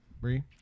Bree